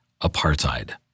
apartheid